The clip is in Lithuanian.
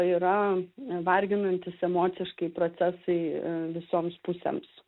yra varginantys emociškai procesai visoms pusėms